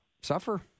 suffer